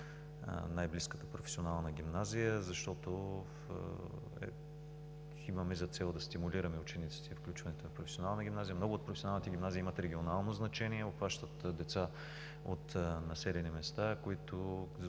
най-близката професионална гимназия, защото имаме за цел да стимулираме учениците и включването им в професионална гимназия. Много от професионалните гимназии имат регионално значение. Обхващат деца от населени места,